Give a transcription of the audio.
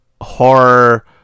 horror